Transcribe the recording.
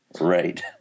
Right